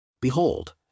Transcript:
Behold